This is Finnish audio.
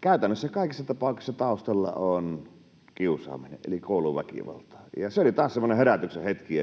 käytännössä kaikissa tapauksissa taustalla on kiusaaminen eli kouluväkivalta, ja se oli taas semmoinen herätyksen hetki,